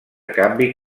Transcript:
canvi